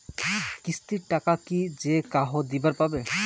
কিস্তির টাকা কি যেকাহো দিবার পাবে?